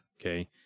Okay